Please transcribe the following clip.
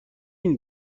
این